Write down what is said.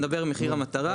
אני מדבר על מחיר המטרה,